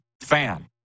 fan